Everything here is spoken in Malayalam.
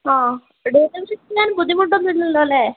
ആ ഡെലിവറി ചെയ്യാൻ ബുദ്ധിമുട്ടൊന്നും ഇല്ലല്ലോ അല്ലേ